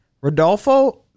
Rodolfo